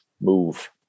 move